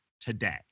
today